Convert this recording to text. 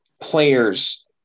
players